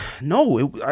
No